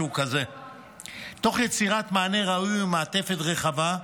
תוך יצירת מענה ראוי ומעטפת רחבה.